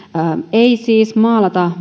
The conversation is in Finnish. ei siis maalata